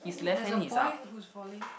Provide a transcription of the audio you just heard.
there's a boy who's falling